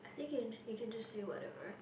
i think you you can just say whatever